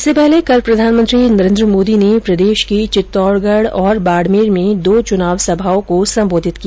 इससे पहले कल प्रधानमंत्री नरेन्द्र मोदी ने प्रदेश के चित्तौडगढ और बाडमेर में दो चुनाव सभाओं को संबोधित किया